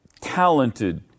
talented